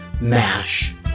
MASH